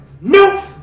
NOPE